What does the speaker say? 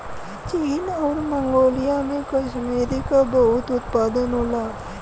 चीन आउर मन्गोलिया में कसमीरी क बहुत उत्पादन होला